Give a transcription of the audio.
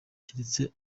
cyeretse